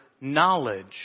knowledge